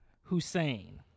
Hussein